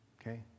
okay